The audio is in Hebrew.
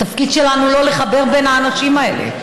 התפקיד שלנו הוא לא לחבר בין האנשים האלה.